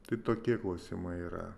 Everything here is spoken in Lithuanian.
tai tokie klausimai yra